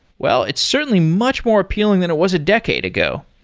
well, it's certainly much more appealing than it was a decade ago.